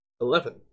Eleven